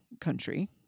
country